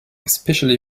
especially